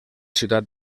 ciutat